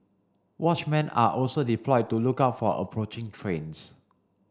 watchmen are also deployed to look out for approaching trains